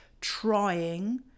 trying